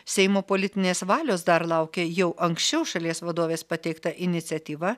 seimo politinės valios dar laukia jau anksčiau šalies vadovės pateikta iniciatyva